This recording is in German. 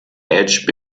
edge